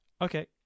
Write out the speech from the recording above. Okay